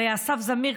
הרי אסף זמיר,